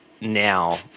now